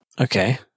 Okay